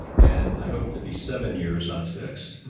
and i hope it to be seven years, not six.